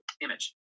Image